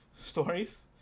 stories